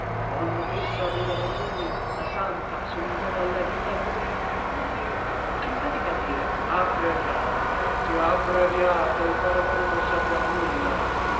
monna tessa aveva ragione la santa somigliava alla ghita come come aiutatemi a dire abbreviate crezia abbreviate il paragone non serve a nulla